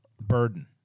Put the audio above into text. Burden